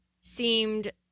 Seemed